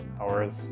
hours